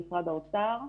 עם משרד האוצר,